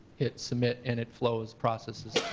hit submit and it flows, processes,